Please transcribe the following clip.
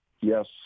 Yes